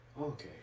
Okay